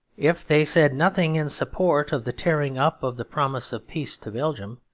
if they said nothing in support of the tearing up of the promise of peace to belgium,